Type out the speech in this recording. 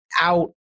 out